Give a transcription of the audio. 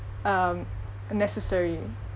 um necessary